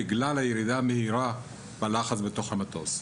בגלל הירידה המהירה בלחץ בתוך המטוס.